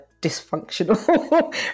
dysfunctional